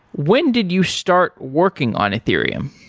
when did you start working on ethereum?